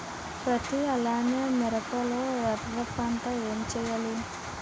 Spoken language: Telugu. పత్తి అలానే మిరప లో ఎర పంట ఏం వేయాలి?